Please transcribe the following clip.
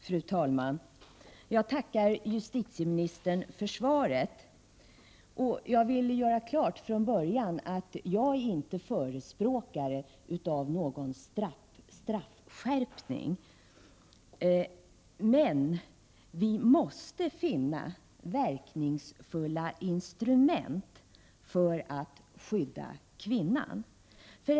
Fru talman! Jag tackar justitieministern för svaret. Jag vill från början göra klart att jag inte är någon förespråkare av straffskärpning. Men vi måste finna verkningsfulla instrument för att skydda kvinnan.